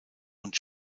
und